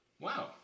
Wow